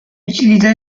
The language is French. utilisa